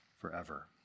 forever